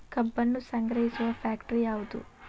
ಕಬ್ಬನ್ನು ಸಂಗ್ರಹಿಸುವ ಫ್ಯಾಕ್ಟರಿ ಯಾವದು?